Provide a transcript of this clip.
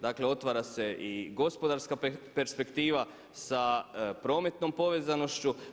Dakle, otvara se i gospodarska perspektiva sa prometnom povezanošću.